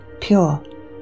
pure